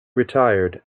retired